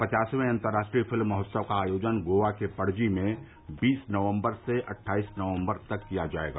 पचासवें अंतर्राष्ट्रीय फिल्म महोत्सव का आयोजन गोवा के पणजी में बीस नवम्बर से अट्ठाईस नवम्बर तक किया जायेगा